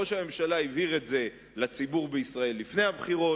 ראש הממשלה הבהיר את זה לציבור בישראל לפני הבחירות.